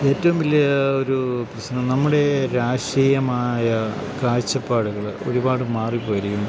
ഏറ്റവും വലിയ ഒരു പ്രശ്നം നമ്മുടെ രാഷ്ട്രീയമായ കാഴ്ച്ചപ്പാട്കള് ഒരുപാട് മാറിപ്പോയിരിക്കുന്നു